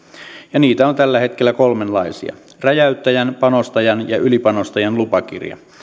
ja niitä on tällä hetkellä kolmenlaisia räjäyttäjän panostajan ja ylipanostajan lupakirja